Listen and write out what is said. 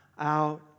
Out